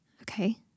Okay